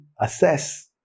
assess